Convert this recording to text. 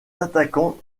attaquant